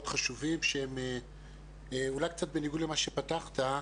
חשובים שהם אולי קצת בניגוד למה שפתחת,